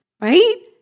right